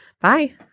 Bye